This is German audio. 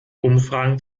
umfragen